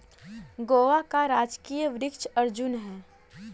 गोवा का राजकीय वृक्ष अर्जुन है